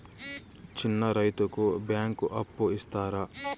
చిన్న రైతుకు బ్యాంకు అప్పు ఇస్తారా?